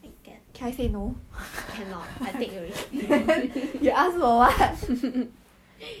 lighter colour right then it will just it will make your 皮肤 look more 亮